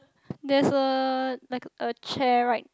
there is a like a chair right